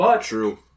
True